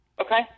Okay